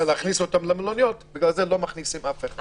להכניס אותם למלוניות אז לא מכניסים אף אחד.